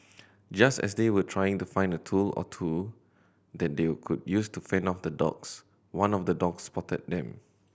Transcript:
just as they were trying to find a tool or two that they could use to fend off the dogs one of the dogs spotted them